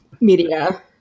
media